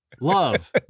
Love